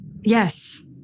Yes